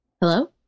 hello